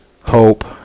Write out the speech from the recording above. hope